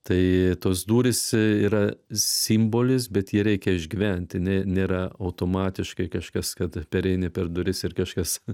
tai tos durys yra simbolis bet jį reikia išgyventi ne nėra automatiškai kažkas kad pereini per duris ir kažkas